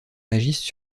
agissent